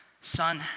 son